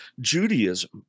Judaism